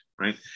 right